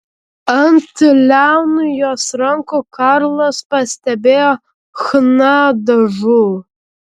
ant liaunų jos rankų karlas pastebėjo chna dažų